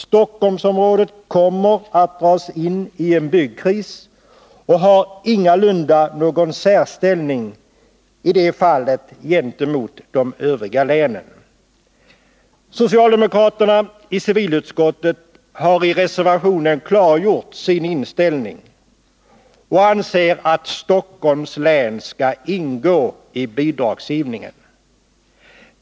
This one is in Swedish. Stockholmsområdet kommer att dras in i en byggkris och har ingalunda någon särställning gentemot de övriga länen. Socialdemokraterna i civilutskottet har i reservationen klargjort sin 49 inställning och anser att Stockholms län skall ingå i bidragsgivningen.